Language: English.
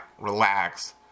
relax